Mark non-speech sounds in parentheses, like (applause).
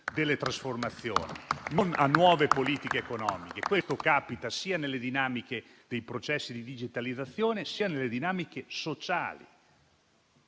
delle trasformazioni. (applause) non a nuove politiche economiche: questo capita sia nelle dinamiche dei processi di digitalizzazione, sia nelle dinamiche sociali.